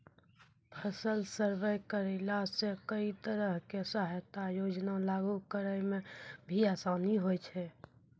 फसल सर्वे करैला सॅ कई तरह के सहायता योजना लागू करै म भी आसानी होय छै